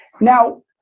now